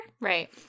Right